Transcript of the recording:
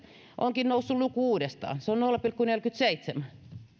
onkin luku noussut uudestaan se on nolla pilkku neljäkymmentäseitsemän